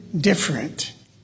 different